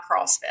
CrossFit